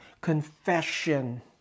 confession